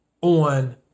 on